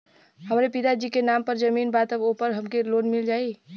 हमरे पिता जी के नाम पर जमीन बा त ओपर हमके लोन मिल जाई?